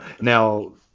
Now